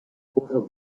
water